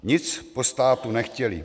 Nic po státu nechtěli.